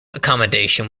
accommodation